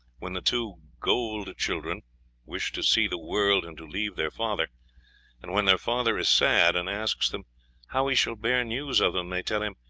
when the two gold-children wish to see the world and to leave their father and when their father is sad, and asks them how he shall bear news of them, they tell him,